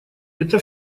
это